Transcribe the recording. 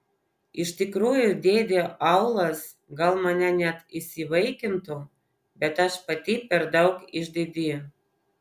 iš tikrųjų dėdė aulas gal mane net įsivaikintų bet aš pati per daug išdidi